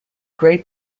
great